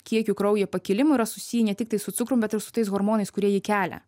kiekiu kraujyje pakilimu yra susiję ne tiktai su cukrum bet ir su tais hormonais kurie jį kelią